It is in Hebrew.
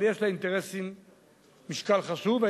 אבל יש לאינטרסים משקל חשוב.